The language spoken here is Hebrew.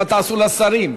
מה תעשו לשרים?